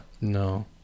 No